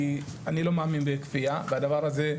כי אני לא מאמין בכפייה והדבר הזה,